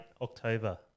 October